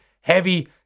heavy